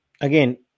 again